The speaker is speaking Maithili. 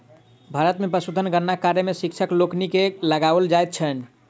भारत मे पशुधन गणना कार्य मे शिक्षक लोकनि के लगाओल जाइत छैन